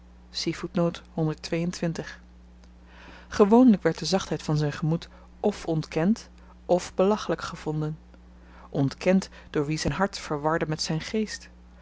gewoonlyk werd de zachtheid van zyn gemoed f ontkend f belachelyk gevonden ontkend door wie zyn hart verwarde met zyn geest